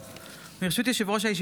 נשים ששהו במקלט לנשים מוכות) (תיקון מס' 4),